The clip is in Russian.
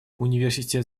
университет